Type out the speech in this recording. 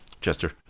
Chester